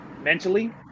mentally